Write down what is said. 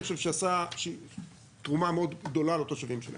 אני חושב שעשה דוגמא מאוד גדולה לתושבים שם.